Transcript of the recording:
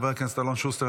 חבר הכנסת אלון שוסטר,